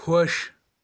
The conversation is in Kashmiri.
خۄش